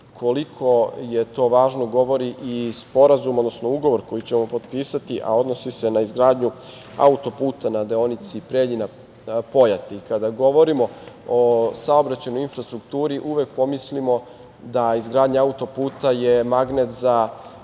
koliko je to važno govori i sporazum, odnosno ugovor koji ćemo potpisati, a odnosi se na izgradnju auto-puta na deonici Preljina-Pojate. Kada govorimo o saobraćajnoj infrastrukturi uvek pomislimo da izgradnja autoputa je magnet za velike